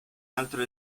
altro